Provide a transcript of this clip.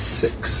six